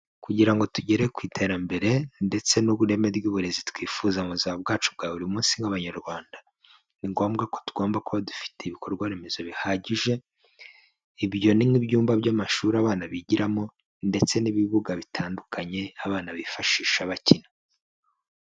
Kugira ngo tugere ku iterambere ndetse n'ubureme ry'uburezi twifuza mubuzima bwacu bwa buri munsi nk'abanyarwanda ni ngombwa ko tugomba kuba dufite ibikorwaremezo bihagije ibyo ni nk'ibyumba by'amashuri abanza bigiramo ndetse n'ibibuga bitandukanye abana bifashisha bakina.